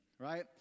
Right